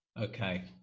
Okay